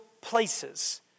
places